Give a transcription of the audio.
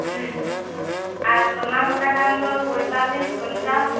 ᱟᱨ ᱥᱚᱱᱟᱢ ᱦᱟᱛᱟᱣ ᱠᱷᱟᱱ ᱫᱚ ᱯᱚᱭᱛᱟᱞᱤᱥ ᱯᱚᱱᱪᱟᱥ